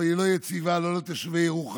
אבל היא לא יציבה לא לתושבי ירוחם,